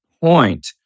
point